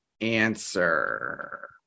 answer